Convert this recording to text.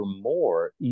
more